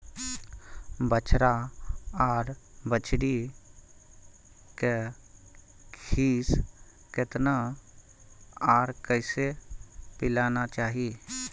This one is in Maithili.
बछरा आर बछरी के खीस केतना आर कैसे पिलाना चाही?